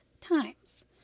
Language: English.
times